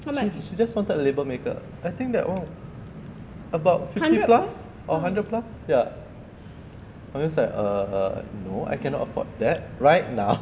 she just wanted a label maker I think they're all about fifty plus or hundred plus ya I was like err no I cannot afford that right now